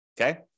okay